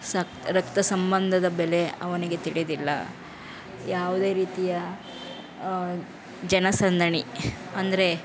ಸಕ್ ರಕ್ತ ಸಂಬಂಧದ ಬೆಲೆ ಅವನಿಗೆ ತಿಳಿದಿಲ್ಲ ಯಾವುದೇ ರೀತಿಯ ಜನಸಂದಣಿ ಅಂದರೆ